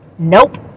Nope